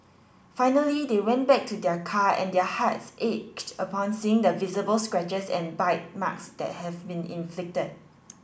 finally they went back to their car and their hearts ached upon seeing the visible scratches and bite marks that had been inflicted